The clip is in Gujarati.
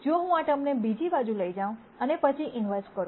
જો હું આ ટર્મ ને બીજી બાજુ લઈ જાઉં અને પછી ઈન્વર્સ કરો